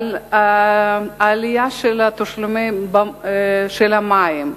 העלייה בתשלומי המים,